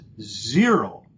zero